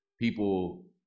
people